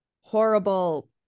horrible